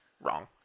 wrong